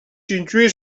située